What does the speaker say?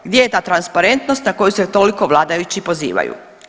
Gdje je ta transparentnost na koju se toliko vladajući pozivaju?